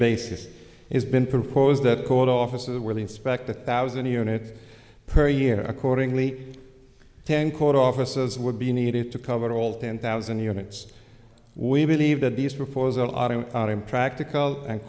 basis has been proposed that called offices where they inspect the thousand units per year accordingly ten court offices would be needed to cover all ten thousand units we believe that these proposals impractical and